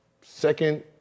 second